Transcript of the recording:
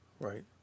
Right